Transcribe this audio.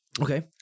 Okay